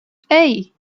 hey